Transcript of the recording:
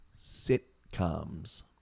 Sitcoms